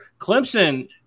Clemson